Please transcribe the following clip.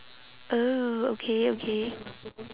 oh okay okay